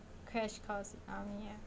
crash course in army ya